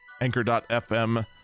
Anchor.FM